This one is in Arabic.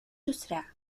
تسرع